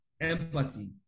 empathy